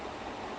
ya